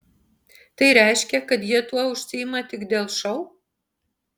tai reiškia kad jie tuo užsiima tik dėl šou